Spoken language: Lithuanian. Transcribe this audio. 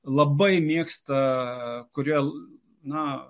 labai mėgsta kurie na